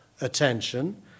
attention